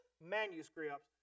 manuscripts